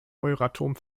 euratom